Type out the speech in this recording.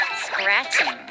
scratching